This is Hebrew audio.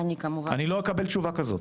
אני לא אקבל תשובה כזאת,